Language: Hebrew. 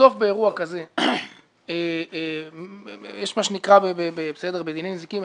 בסוף באירוע כזה יש מה שנקרא בדיני נזיקין,